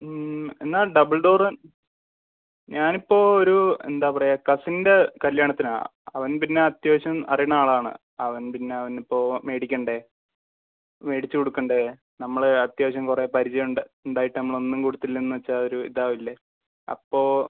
എന്നാൽ double door ഞാൻ ഇപ്പോൾ ഒരു എന്താ പറയുക കസിൻ്റ കല്ല്യാണത്തിനാണ് അവൻ പിന്നെ അത്യാവശ്യം അറിയുന്ന ആൾ ആണ് അവൻ പിന്നെ അവന് ഇപ്പോൾ മേടിക്കണ്ടേ മേടിച്ച് കൊടുക്കണ്ടേ നമ്മൾ അത്യാവശ്യം കുറേ പരിചയം ഉണ്ട് ഉണ്ടായിട്ട് നമ്മൾ ഒന്നും കൊടുത്തില്ലെന്ന് വെച്ചാൽ അത് ഒരു ഇത് ആവില്ലേ അപ്പോൾ